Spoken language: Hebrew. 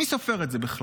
מי סופר את זה בכלל?